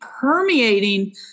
permeating